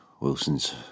Wilson's